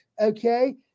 Okay